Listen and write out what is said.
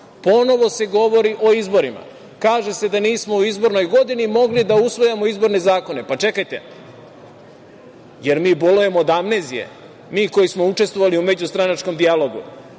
Ponovo se govori o izborima. Kaže se da nismo u izbornoj godini mogli da usvajamo izborne zakone. Čekajte, da li mi bolujemo od amnezije, mi koji smo učestvovali u međustranačkom